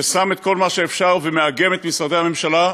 ששם את כל מה שאפשר ומאגם את משרדי הממשלה,